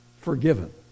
forgiven